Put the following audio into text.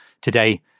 today